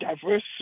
diverse